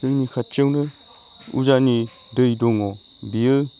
जोंनि खाथियावनो उजानि दै दङ बियो